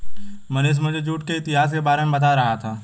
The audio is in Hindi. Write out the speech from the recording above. मनीष मुझे जूट के इतिहास के बारे में बता रहा था